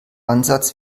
ansatz